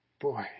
Boy